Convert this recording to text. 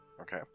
Okay